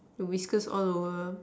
the whiskers all over